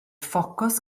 ffocws